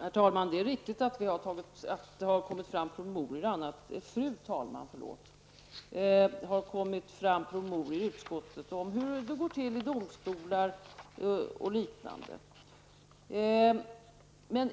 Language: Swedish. Fru talman! Det är riktigt att det i utskottet har kommit fram promemorior om hur det går till exempelvis i domstolar. Men